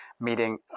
meeting